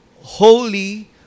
holy